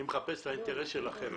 אני מחפש את האינטרס שלכם,